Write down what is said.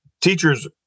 Teachers